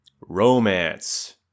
romance